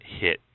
hit